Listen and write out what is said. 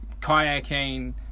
kayaking